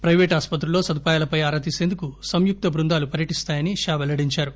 పైపేటు ఆసుపత్రుల్లో సదుపాయాలపై ఆరా తీసందుకు సంయుక్తబృందాలు పర్యటిస్తాయని షా వెల్లడించారు